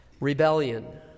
rebellion